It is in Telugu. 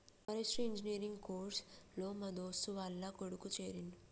ఫారెస్ట్రీ ఇంజనీర్ కోర్స్ లో మా దోస్తు వాళ్ల కొడుకు చేరిండు